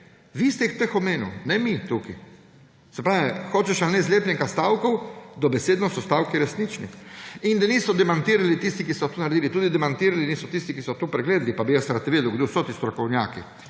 vi ste jih omenili, ne mi tukaj. Se pravi, hočeš ali ne, zlepljenka stavkov, dobesedno so stavki resnični. In da niso demantirali tisti, ki so to naredili, tudi demantirali niso tisti, ki so to pregledali. Pa bi jaz rad vedel, kdo so ti strokovnjaki,